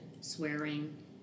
swearing